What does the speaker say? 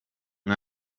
com